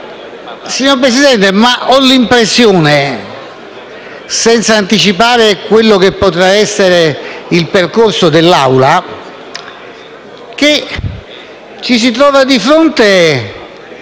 Signor Presidente, ho però l'impressione, senza anticipare quello che potrà essere il percorso dell'Assemblea, che ci si trovi di fronte